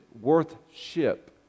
worth-ship